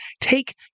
take